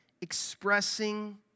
expressing